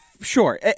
sure